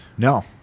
No